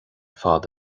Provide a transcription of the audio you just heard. fad